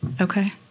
Okay